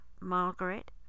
Margaret